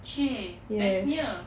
!chey! best nya